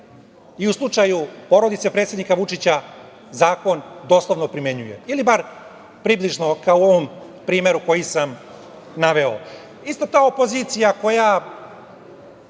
i u slučaju porodice predsednika Vučića zakon doslovno primenjuje ili bar približno, kao u ovom primeru koji sam naveo. Ista ta opozicija koja